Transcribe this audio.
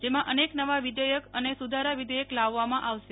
જેમાં અનેક નવા વિધેયક અને સુધારાવિધેયક લાવવામાં આવશે